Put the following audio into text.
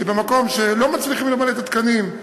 שבמקום שלא מצליחים למלא את התקנים,